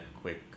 quick